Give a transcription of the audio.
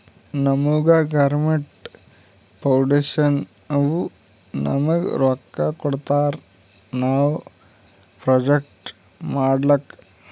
ನಮುಗಾ ಗೌರ್ಮೇಂಟ್ ಫೌಂಡೇಶನ್ನವ್ರು ನಮ್ಗ್ ರೊಕ್ಕಾ ಕೊಡ್ತಾರ ನಾವ್ ಪ್ರೊಜೆಕ್ಟ್ ಮಾಡ್ಲಕ್